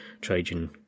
Trajan